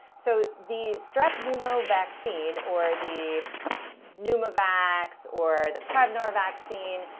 so the strep pneumo vaccine, or the pneumo vax, or the prevnar vaccine,